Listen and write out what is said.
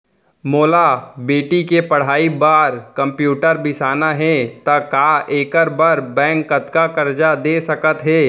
मोला बेटी के पढ़ई बार कम्प्यूटर बिसाना हे त का एखर बर बैंक कतका करजा दे सकत हे?